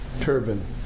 turban